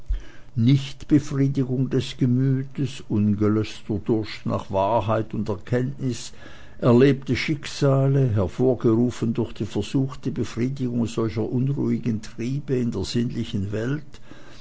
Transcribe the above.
nichtbefriedigung des gemütes ungelöschter durst nach wahrheit und erkenntnis erlebte schicksale hervorgerufen durch die versuchte befriedigung solcher unruhigen triebe in der sinnlichen welt